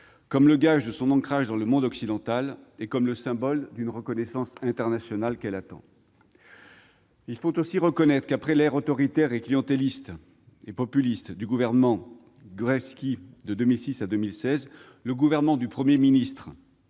comme le gage de son ancrage dans le monde occidental et le symbole d'une reconnaissance internationale à laquelle elle aspire. Il faut aussi reconnaître que, après l'ère autoritaire et clientéliste du gouvernement de Nikola Gruevski, de 2006 à 2016, le gouvernement du Premier ministre